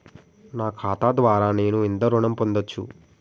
నా ఖాతా ద్వారా నేను ఎంత ఋణం పొందచ్చు?